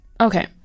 okay